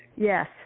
Yes